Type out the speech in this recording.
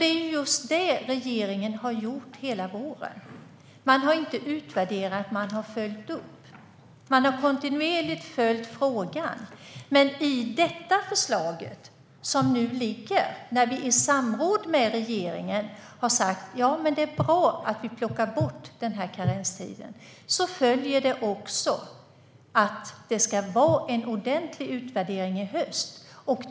Det är just detta regeringen har gjort hela våren. Den har inte utvärderat, utan den har följt upp. Regeringen har kontinuerligt följt frågan. Av det förslag som nu föreligger, när vi i samråd med regeringen har sagt att det är bra att vi plockar bort karenstiden, följer dock också att det ska göras en ordentlig utvärdering i höst.